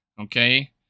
okay